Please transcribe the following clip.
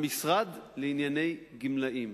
כמה זה טוב שאדוני,